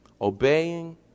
obeying